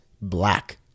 black